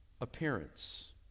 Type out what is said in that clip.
appearance